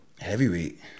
Heavyweight